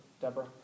Deborah